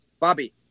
Bobby